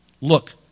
Look